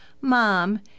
mom